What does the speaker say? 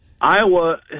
Iowa